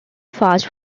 fast